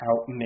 out